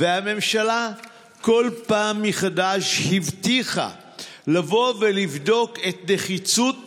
והממשלה כל פעם מחדש הבטיחה לבוא ולבדוק את נחיצות